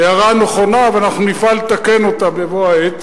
הערה נכונה, ואנחנו נפעל לתקן זאת בבוא העת.